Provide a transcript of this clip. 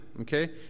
okay